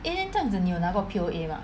eh then 这样子你有拿过 P_O_A mah